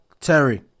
Terry